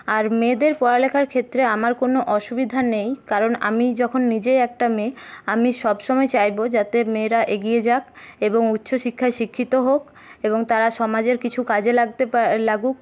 আর মেয়েদের পড়ালেখার ক্ষেত্রে আমার কোন অসুবিধা নেই কারণ আমি যখন নিজেই একটা মেয়ে আমি সবসময় চাইবো যাতে মেয়েরা এগিয়ে যাক এবং উচ্চ শিক্ষায় শিক্ষিত হোক এবং তারা সমাজের কিছু কাজে লাগতে কাজে লাগুক